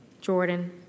Jordan